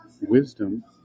Wisdom